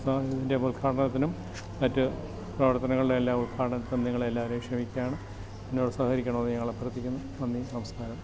സ്ഥാപനത്തിൻ്റെ ഉദ്ഘാടനത്തിനും മറ്റ് പ്രവർത്തനങ്ങളുടെയെല്ലാം ഉദ്ഘാടനത്തിനും നിങ്ങളെ എല്ലാവരെയും ക്ഷണിക്കുകയാണ് എന്നോട് സഹകരിക്കണമെന്ന് ഞങ്ങൾ അഭ്യർത്ഥിക്കുന്നു നന്ദി നമസ്കാരം